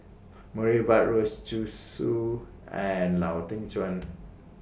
Murray Buttrose Zhu Xu and Lau Teng Chuan